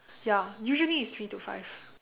ya usually it's three to five